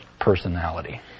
personality